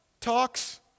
talks